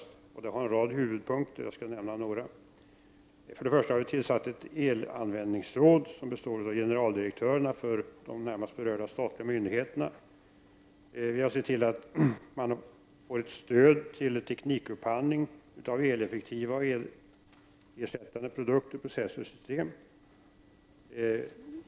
Detta program har en rad huvudpunkter, och jag skall nämna några av dem. Det har tillsatts ett elanvändingsråd, som består av generaldirektörerna för de närmast berörda statliga myndigheterna. Vi har sett till att man har fått stöd till teknikupphandling av eleffektiva och elersättande produkter, processer och system.